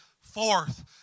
forth